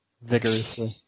vigorously